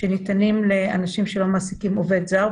שניתנים לאנשים שלא מעסיקים עובד זר,